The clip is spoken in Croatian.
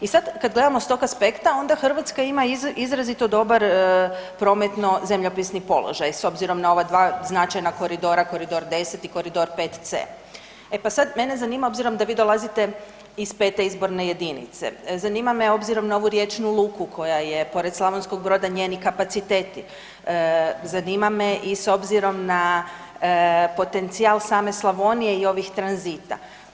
I sad kad gledamo s tog aspekta onda Hrvatska ima izrazito dobar prometno zemljopisni položaj s obzirom na ova dva značajna koridora, koridor 10 i koridor 5C. E pa sad mene zanima obzirom da vi dolazite iz 5.-te izborne jedinice, zanima me obzirom na ovu riječnu luku koja je pored Slavonskog Broda njeni kapaciteti, zanima me i s obzirom na potencijal same Slavonije i ovih tranzita.